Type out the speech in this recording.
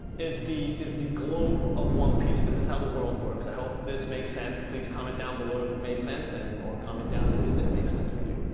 is the is the globe of one piece, this is how the world works. i hope this makes sense, please comment down below if it made sense and. or, comment down if it didn't make sense for you,